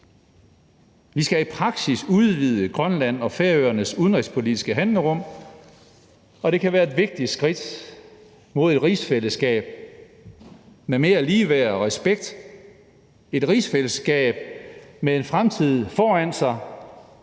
Vi skal i praksis udvide Grønlands og Færøernes udenrigspolitiske handlerum, og det kan være et vigtigt skridt mod et rigsfællesskab med mere ligeværd og respekt, et rigsfællesskab med en fremtid foran sig